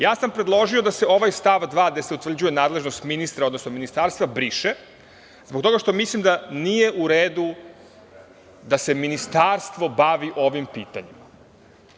Ja sam predložio da se ovaj stav 2. gde se utvrđuje nadležnost ministra, odnosno ministarstva briše, zbog toga što mislim da nije u redu da se ministarstvo bavi ovim pitanjem.